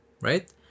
right